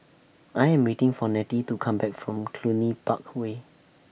I Am waiting For Nettie to Come Back from Cluny Park Way